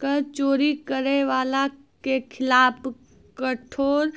कर चोरी करै बाला के खिलाफ कठोर